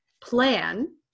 plan